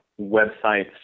websites